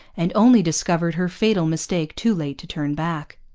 and only discovered her fatal mistake too late to turn back.